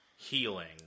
healing